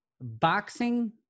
Boxing